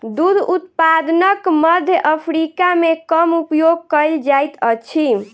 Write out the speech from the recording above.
दूध उत्पादनक मध्य अफ्रीका मे कम उपयोग कयल जाइत अछि